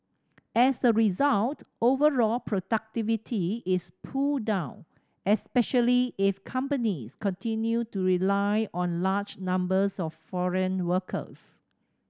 as a result overall productivity is pulled down especially if companies continue to rely on large numbers of foreign workers